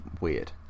weird